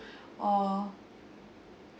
or